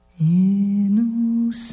innocent